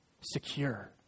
Secure